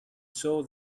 saw